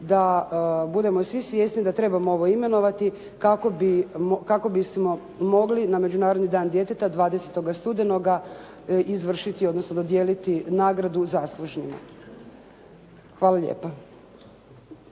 da budemo svi svjesni da trebamo ovo imenovati kako bismo mogli na Međunarodni dan djeteta 20. studenoga izvršiti, odnosno dodijeliti nagradu zasluženima. Hvala lijepa.